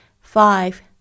Five